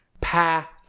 Pa